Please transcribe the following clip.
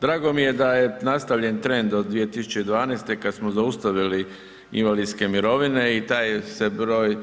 Drago mi je da je nastavljen trend od 2012. kad smo zaustavili invalidske mirovine i taj se broj